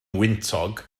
wyntog